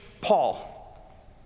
Paul